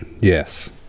Yes